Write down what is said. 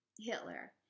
Hitler